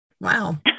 Wow